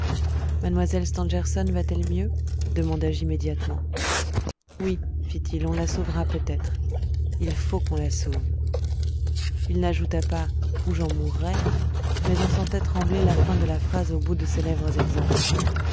mlle stangerson va-t-elle mieux demandai-je immédiatement oui fit-il on la sauvera peut-être il faut qu'on la sauve il n'ajouta pas ou j'en mourrai mais on sentait trembler la fin de la phrase au bout de ses lèvres